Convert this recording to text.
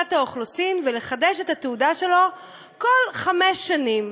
ללשכת האוכלוסין ולחדש את התעודה שלו כל חמש שנים,